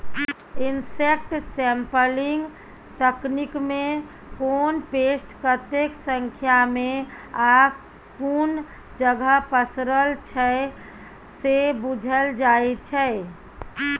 insect sampling तकनीकमे कोन pest कतेक संख्यामे आ कुन जगह पसरल छै से बुझल जाइ छै